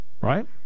Right